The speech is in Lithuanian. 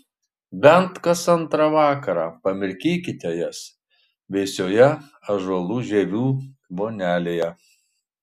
bent kas antrą vakarą pamirkykite jas vėsioje ąžuolų žievių vonelėje